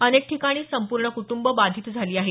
अनेक ठिकाणी संपूर्ण कुटंब बाधित झाली आहेत